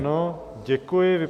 Ano, děkuji.